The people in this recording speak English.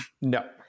No